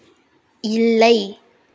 இல்லை